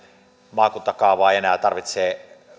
maakuntakaavaa ei enää tarvitse